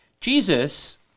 Jesus